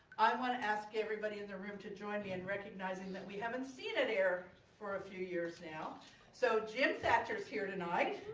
i want to ask everybody in the room to join me in recognizing that we haven't seen at air for a few years now so. jim thatcher's here tonight